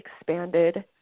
expanded